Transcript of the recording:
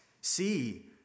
See